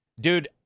dude